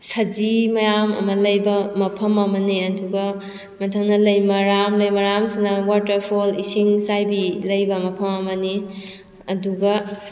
ꯁꯖꯤ ꯃꯌꯥꯝ ꯑꯃ ꯂꯩꯕ ꯃꯐꯝ ꯑꯃꯅꯤ ꯑꯗꯨꯒ ꯃꯊꯪꯅ ꯂꯩꯃꯔꯥꯝ ꯂꯩꯃꯔꯥꯝꯁꯤꯅ ꯋꯥꯇꯔꯐꯣꯜ ꯏꯁꯤꯡ ꯆꯥꯏꯕꯤ ꯂꯩꯕ ꯃꯐꯝ ꯑꯃꯅꯤ ꯑꯗꯨꯒ